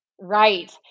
Right